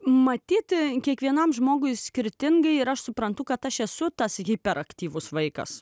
matyt kiekvienam žmogui skirtingai ir aš suprantu kad aš esu tas hiperaktyvus vaikas